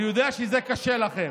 אני יודע שזה קשה לכם,